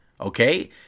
Okay